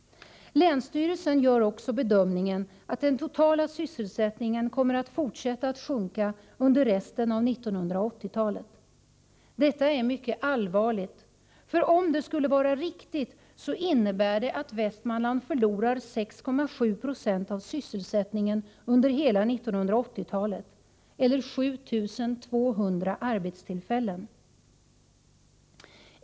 Länsstyrelsen gör också bedömningen att den totala sysselsättningen kommer att fortsätta att sjunka under resten av 1980-talet. Detta är mycket allvarligt, för om det skulle vara riktigt innebär det att Västmanland förlorar 6,7 90 av sysselsättningen eller 7 200 arbetstillfällen under hela 1980-talet.